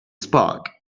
spark